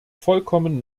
vollkommen